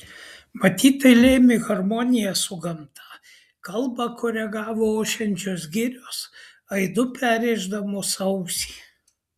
matyt tai lėmė harmonija su gamta kalbą koregavo ošiančios girios aidu perrėždamos ausį